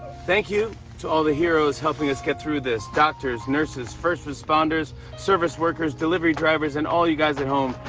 thank you to all the heroes helping us get through this doctors, nurses, first responders, service workers, delivery drivers and all you guys at home,